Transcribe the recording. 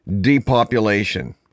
depopulation